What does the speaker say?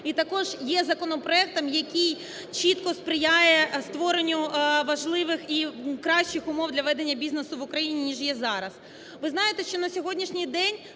і також є законопроектом, який чітко сприяє створенню важливих і кращих умов для ведення бізнесу в Україні, ніж є зараз.